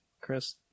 chris